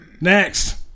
next